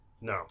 No